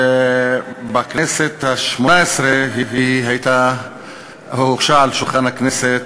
בכנסת השמונה-עשרה היא הונחה על שולחן הכנסת